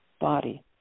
body